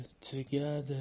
together